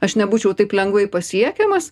aš nebūčiau taip lengvai pasiekiamas